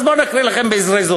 אז בואו נקריא לכם בזריזות,